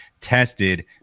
tested